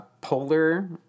polar